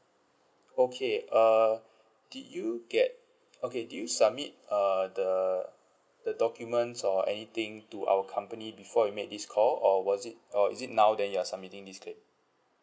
okay err did you get okay did you submit err the the documents or anything to our company before you make this call or was it or is it now then you are submitting this claim